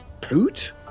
Poot